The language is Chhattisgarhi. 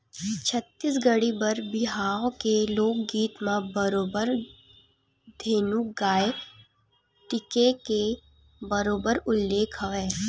छत्तीसगढ़ी बर बिहाव के लोकगीत म बरोबर धेनु गाय टीके के बरोबर उल्लेख हवय